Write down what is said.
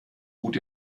gut